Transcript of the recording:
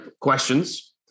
questions